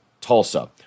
Tulsa